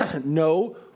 no